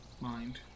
mind